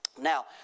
Now